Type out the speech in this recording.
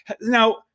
now